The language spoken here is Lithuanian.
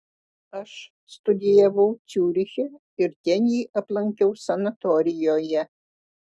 aš studijavau ciuriche ir ten jį aplankiau sanatorijoje